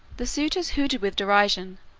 the suitors hooted with derision,